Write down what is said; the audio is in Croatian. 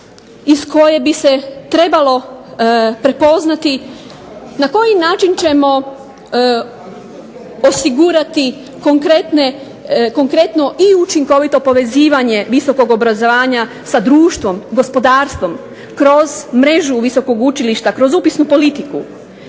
iz koje bi se trebalo prepoznati na koji način ćemo osigurati konkretno i učinkovito povezivanje visokog obrazovanja sa društvom, gospodarstvom kroz mrežu visokog učilišta kroz upisnu politiku.